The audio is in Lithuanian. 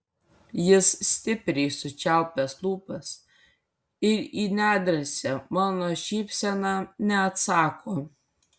jis stipriai sučiaupęs lūpas ir į nedrąsią mano šypseną neatsako